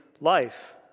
life